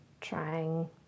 trying